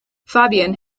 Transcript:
fabian